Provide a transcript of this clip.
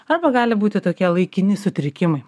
arba gali būti tokie laikini sutrikimai